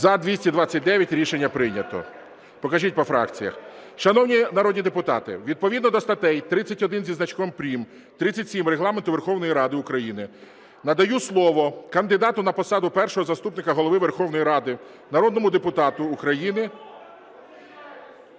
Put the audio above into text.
За-229 Рішення прийнято. Покажіть по фракціях. Шановні народні депутати, відповідно до статей 31 зі значком прим, 37 Регламенту Верховної Ради України надаю слово кандидату на посаду Першого заступника Голови Верховної Ради народному депутату України…